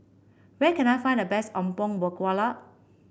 where can I find the best Apom Berkuah